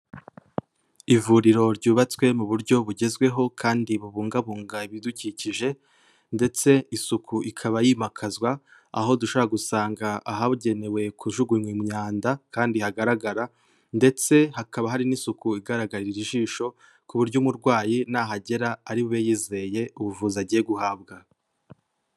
Ivuriro ryubatswe mu buryo bugezweho kandi bubungabunga ibidukikije, ndetse isuku ikaba yimakazwa, aho dushobora gusanga ahabugenewe kujugunywa imyanda kandi hagaragara, ndetse hakaba hari n'isuku igaragarira ijisho, ku buryo umurwayi nahagera ari bube yizeye ubuvuzi agiye guhabwa.